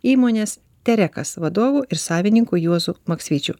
įmonės terekas vadovu ir savininku juozu maksvyčiu